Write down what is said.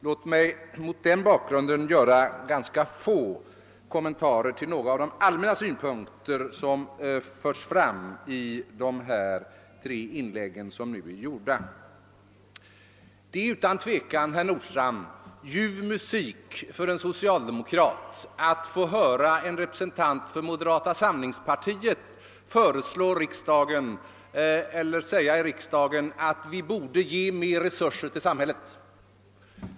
Låt mig mot den bakgrunden göra ganska få kommentarer till några av de andra synpunkter som förts fram i de tre inläggen här. Det är utan tvivel, herr Nordstrandh, ljuv musik för en socialdemokrat att få höra en representant för moderata samlingspartiet säga i riksdagen att vi borde ställa mer resurser till samhällets förfogande.